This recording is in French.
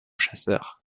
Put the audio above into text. chasseurs